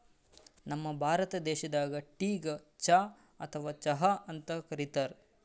ನಮ್ ಭಾರತ ದೇಶದಾಗ್ ಟೀಗ್ ಚಾ ಅಥವಾ ಚಹಾ ಅಂತ್ ಕರಿತಾರ್